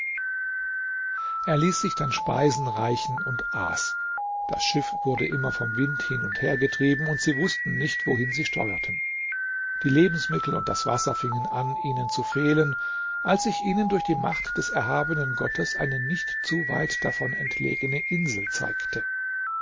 er ließ sich dann speisen reichen und aß das schiff wurde immer vom wind hin und her getrieben und sie wußten nicht wohin sie steuerten die lebensmittel und das wasser fingen an ihnen zu fehlen als sich ihnen durch die macht des erhabenen gottes eine nicht zu weit davon entlegene insel zeigte